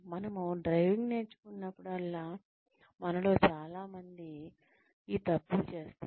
మనము డ్రైవింగ్ నేర్చుకున్నప్పుడల్లా మనలో చాలా మంది ఈ తప్పులు చేస్తారు